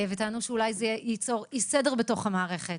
וטענו שאולי זה ייצור אי-סדר בתוך המערכת